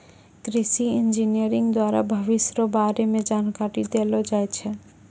कृषि इंजीनियरिंग द्वारा भविष्य रो बारे मे जानकारी देलो जाय छै